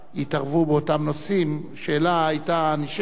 השאלה נשאלת מה היה קורה אם לא היו.